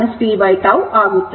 i0 I0 ಆಗಿದೆ